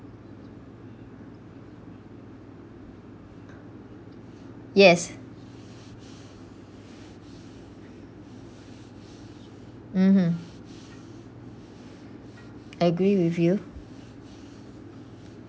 yes mmhmm agree with you